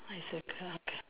I circle clock ah